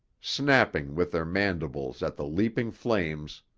snapping with their mandibles at the leaping flames,